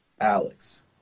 Alex